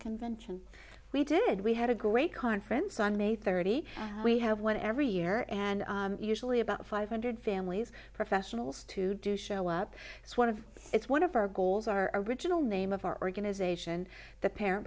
convention we did we had a great conference on may thirty we have one every year and usually about five hundred families professionals to do show up it's one of it's one of our goals our original name of our organization the parent